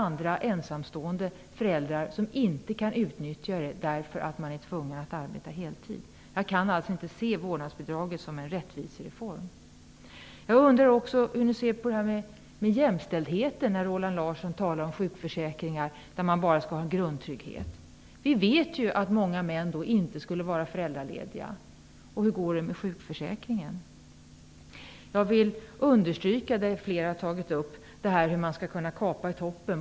Andra ensamstående föräldrar kan inte utnyttja det därför att de är tvungna att arbeta heltid. Jag kan alltså inte se vårdnadsbidraget som en rättvisereform. Jag undrar också hur ni ser på jämställdheten. Roland Larsson säger att det när det gäller sjukförsäkringar bara skall finnas en grundtrygghet. Vi vet att många män inte skulle vara föräldralediga i så fall. Hur går det med sjukförsäkringen? Flera har tagit upp frågan om hur man skall kunna kapa toppen.